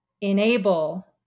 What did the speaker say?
enable